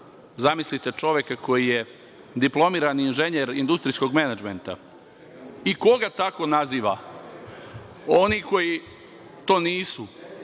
Zamislite, čoveka koji je diplomirani inženjer industrijskog menadžmenta! I ko ga tako naziva? Oni koji to nisu,